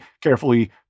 carefully